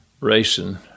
racing